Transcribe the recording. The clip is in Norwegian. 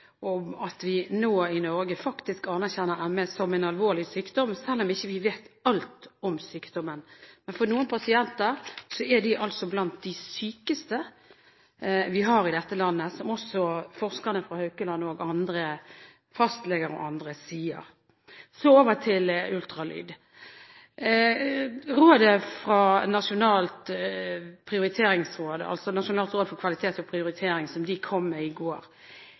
at vi i Norge nå faktisk anerkjenner ME som en alvorlig sykdom, selv om vi ikke vet alt om sykdommen. Noen pasienter er blant de sykeste vi har i dette landet, som også forskere fra Haukeland, fastleger og andre sier. Så over til ultralyd. Rådet fra det nasjonale prioriteringsrådet, altså Nasjonalt råd for kvalitet og prioritering, som de kom med i går,